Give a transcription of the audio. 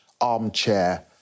armchair